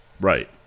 Right